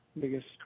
biggest